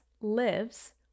lives